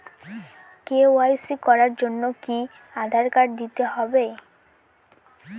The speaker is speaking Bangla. কে.ওয়াই.সি করার জন্য কি আধার কার্ড দিতেই হবে?